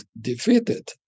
defeated